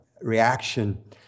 reaction